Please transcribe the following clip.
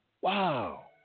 Wow